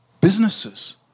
businesses